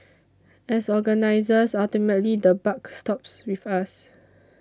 as organisers ultimately the buck stops with us